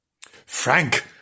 Frank